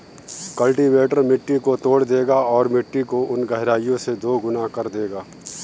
cultivator मिट्टी को तोड़ देगा और मिट्टी को उन गहराई से दोगुना कर देगा